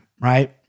right